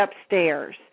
upstairs